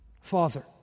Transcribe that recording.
Father